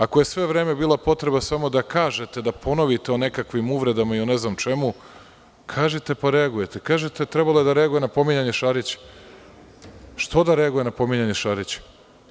Ako je sve vreme bila potreba samo da kažete da ponovite o nekakvim uvredama i o ne znam čemu, kažite pa reagujte, kažite trebalo je da reaguje na pominjanje Šarića, što da reaguje na pominjanje Šarića?